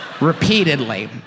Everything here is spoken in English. Repeatedly